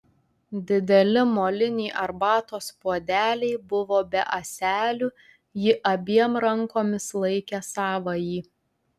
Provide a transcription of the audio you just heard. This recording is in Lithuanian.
dideli moliniai arbatos puodeliai buvo be ąselių ji abiem rankomis laikė savąjį